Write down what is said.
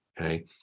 Okay